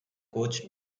coach